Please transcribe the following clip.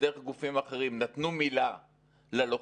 ודרך גופים אחרים נתן מילה ללוחמים